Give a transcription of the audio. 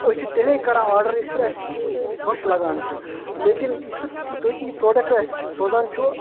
أسۍ چھِ تیلی کَران آرڈَر یژھِ پھِرِ اَسہِ بۄچھِ لگان چھِ لیکِن یِژھ پھِر تُہۍ تہِ یہِ پرٛوٚڈَکٹ اَسہِ سوزان چھُو